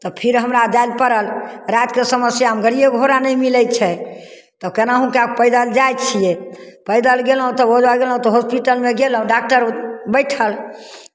तऽ फिर हमरा जाय लए पड़ल रातिकेँ समस्यामे गाड़िए घोड़ा नहि मिलै छै तऽ केनाहु कए कऽ पैदल जाइ छियै पैदल गयलहुँ तऽ ओजऽ गयलहुँ तऽ हॉस्पिटलमे गयलहुँ डॉक्टर बैठल